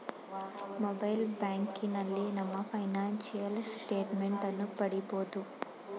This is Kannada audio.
ಮೊಬೈಲ್ ಬ್ಯಾಂಕಿನಲ್ಲಿ ನಮ್ಮ ಫೈನಾನ್ಸಿಯಲ್ ಸ್ಟೇಟ್ ಮೆಂಟ್ ಅನ್ನು ಪಡಿಬೋದು